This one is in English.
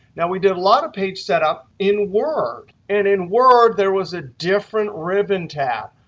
now, we did a lot of page setup in word. and in word, there was a different ribbon tab.